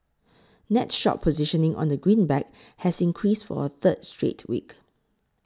net short positioning on the greenback has increased for a third straight week